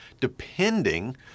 depending